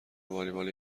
والیبال